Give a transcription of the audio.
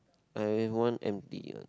I have one empty ah